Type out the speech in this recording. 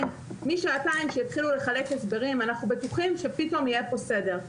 משעתיים יתחילו לחלק הסברים ואנחנו בטוחים שפתאום יהיו פה סדר.